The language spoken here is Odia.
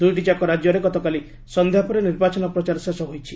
ଦୁଇଟିଯାକ ରାଜ୍ୟରେ ଗତକାଲି ସନ୍ଧ୍ୟାପରେ ନିର୍ବାଚନ ପ୍ରଚାର ଶେଷ ହୋଇଛି